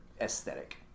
aesthetic